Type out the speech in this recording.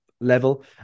level